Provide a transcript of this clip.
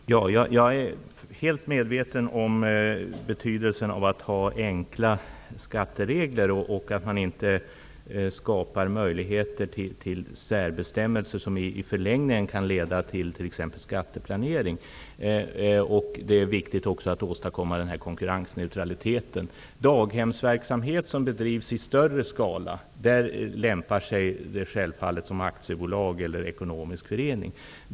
Fru talman! Jag är helt medveten om vikten av enkla skatteregler och att inte möjligheter till särbestämmelser skapas, vilka i förlängningen kan leda till exempelvis skatteplanering. Det är också viktigt att åstadkomma konkurrensneutralitet. Daghemsverksamhet som bedrivs i större skala är självfallet mest lämpad som aktiebolag eller ekonomisk förening.